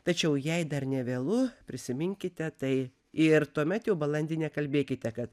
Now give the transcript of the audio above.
tačiau jei dar nevėlu prisiminkite tai ir tuomet jau balandį nekalbėkite kad